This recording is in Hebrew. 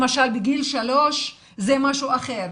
למשל בגיל שלוש זה משהו אחר,